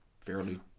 fairly